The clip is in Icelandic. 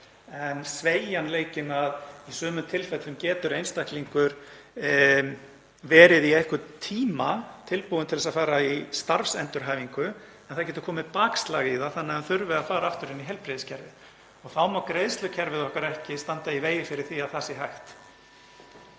en sveigjanleikinn — í sumum tilfellum getur einstaklingur verið í einhvern tíma tilbúinn til að fara í starfsendurhæfingu en það getur komið bakslag í það þannig að hann þurfi að fara aftur inn í heilbrigðiskerfið. Þá má greiðslukerfið okkar (Forseti hringir.) ekki standa í vegi fyrir því að það sé hægt.